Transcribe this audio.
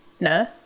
No